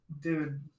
Dude